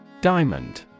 Diamond